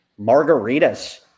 Margaritas